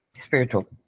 Spiritual